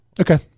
Okay